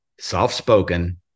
soft-spoken